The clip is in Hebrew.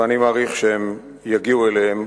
ואני מעריך שהם יגיעו אליהם